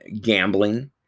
gambling